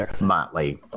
motley